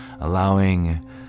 Allowing